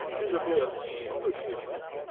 is a mere soloecism,